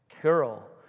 girl